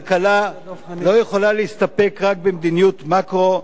כלכלה לא יכולה להסתפק רק במדיניות מקרו,